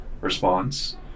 response